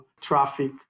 traffic